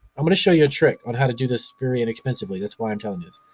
i'm gonna show you a trick on how to do this very inexpensively, that's why i'm telling you